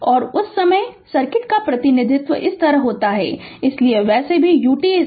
और उस समय सर्किट का प्रतिनिधित्व इस तरह होता है इसलिए वैसे भी ut 1 होगा